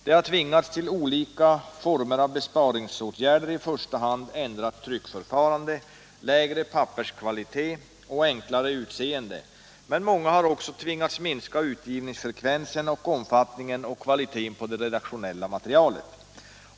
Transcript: De har tvingats till olika former av besparingsåtgärder, i första hand ändrat tryckförfarande, lägre papperskvalitet och enklare utseende, men många har också tvingats minska utgivningsfrekvensen och omfattningen och kvaliteten på det redaktionella materialet.